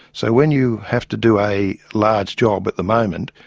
so when you have to do a large job at the moment,